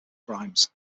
primes